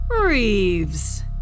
Reeves